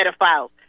pedophiles